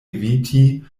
eviti